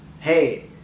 Hey